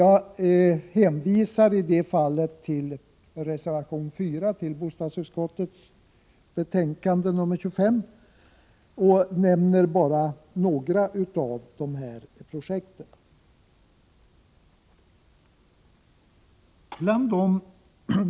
Jag hänvisar till reservation 4 till bostadsutskottets betänkande 25 och nämner bara några av dessa projekt.